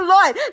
Lord